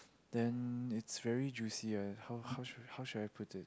then it's very juicy ah how how should how should I put it